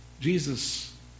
Jesus